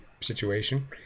situation